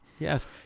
Yes